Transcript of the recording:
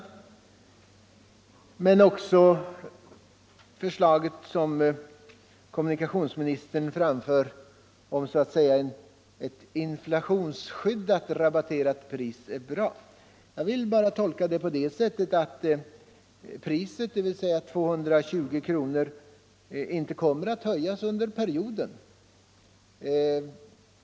Även departementschefens förslag om inflationsskydd för det rabatterade flygpriset är bra. Jag utgår från att priset — 220 kronor — således inte kommer att höjas under perioden.